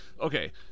Okay